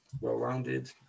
well-rounded